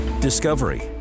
Discovery